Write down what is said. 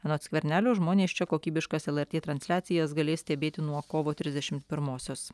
anot skvernelio žmonės čia kokybiškas lrt transliacijas galės stebėti nuo kovo trisdešimt pirmosios